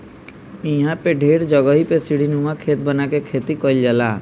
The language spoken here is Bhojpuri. इहां पे ढेर जगही पे सीढ़ीनुमा खेत बना के खेती कईल जाला